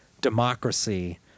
democracy